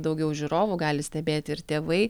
daugiau žiūrovų gali stebėti ir tėvai